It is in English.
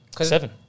Seven